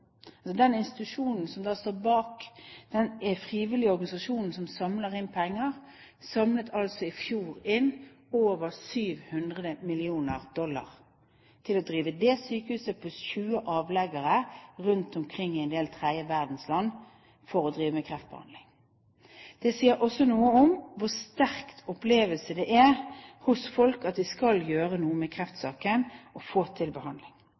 altså i fjor inn over 700 millioner dollar for å drive det sykehuset pluss 20 avleggere i en del land i den tredje verden som driver med kreftbehandling. Det sier også noe om hvor sterk opplevelse folk har, at de vil gjøre noe med kreftsaken og få til behandling.